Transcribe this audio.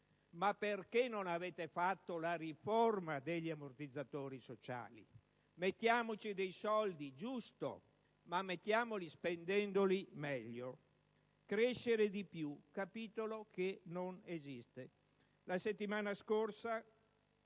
Ma perché non avete fatto la riforma degli ammortizzatori sociali? Ci mettiamo dei soldi? Giusto, ma mettiamoceli spendendoli meglio. Crescere di più è un capitolo che non esiste.